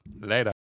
Later